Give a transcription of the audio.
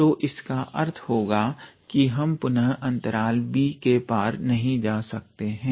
तो इसका अर्थ होगा कि हम पुनः अंतराल b के पार नहीं जा सकते हैं